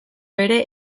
ere